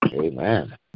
Amen